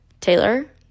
Taylor